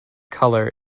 colour